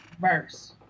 Verse